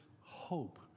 hope